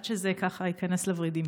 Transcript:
עד שזה ייכנס לוורידים: